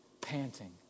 panting